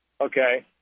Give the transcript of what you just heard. okay